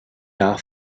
jahr